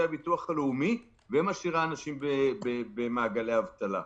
הביטוח הלאומי ומשאירה אנשים במעגלי האבטלה.